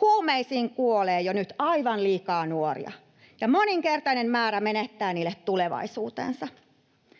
Huumeisiin kuolee jo nyt aivan liikaa nuoria, ja moninkertainen määrä menettää niille tulevaisuutensa.